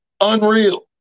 unreal